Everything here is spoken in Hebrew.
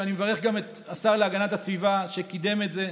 ואני מברך גם את השר להגנת הסביבה שקידם את זה,